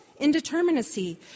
Indeterminacy